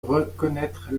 reconnaitre